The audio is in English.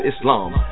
Islam